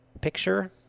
picture